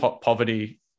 poverty